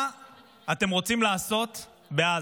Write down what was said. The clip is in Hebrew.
מה אתם רוצים לעשות בעזה?